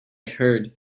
heard